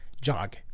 jog